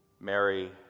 Mary